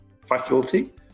faculty